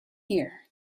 here